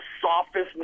softest